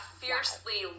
fiercely